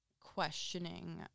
questioning